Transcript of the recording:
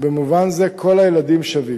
ובמובן זה כל הילדים שווים.